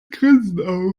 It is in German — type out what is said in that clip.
grinsen